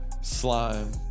Slime